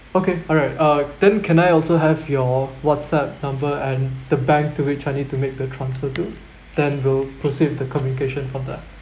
okay alright uh then can I also have your whatsapp number and the bank to which I need to make the transfer to then will proceed with the communication from there